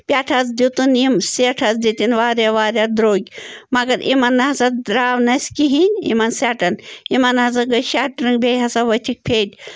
پٮ۪ٹھٕ حظ دیُتُن یِم سٮ۪ٹ حظ دِتِن واریاہ واریاہ درٛوٚگۍ مگر یِمَن نَہ ہسا درٛاو نہٕ اَسہِ کِہیٖنۍ یِمن سٮ۪ٹَن یِمَن ہسا گٔے شَٹرِنٛگ بیٚیہِ ہسا ؤتھِکھ پھیٚدۍ